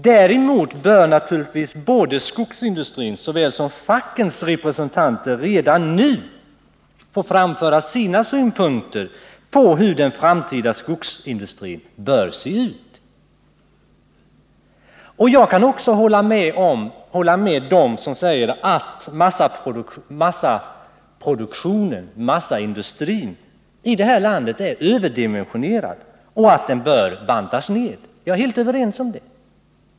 Däremot bör naturligtvis såväl skogsindustrin som fackens representanter redan nu få framföra sina synpunkter på hur den framtida skogsindustrin bör se ut. Jag kan hålla med dem som säger att massaindustrin i det här landet är överdimensionerad och att den bör bantas ner. Jag delar helt den uppfattningen.